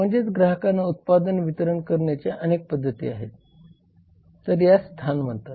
म्हणजेच ग्राहकांना उत्पादन वितरण करण्याचे अनेक पद्धती आहेत तर यास स्थान म्हणतात